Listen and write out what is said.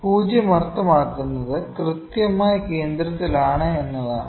0 അർത്ഥമാക്കുന്നത് കൃത്യമായി കേന്ദ്രത്തിൽ ആണ് എന്നതാണ്